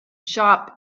shop